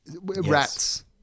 Rats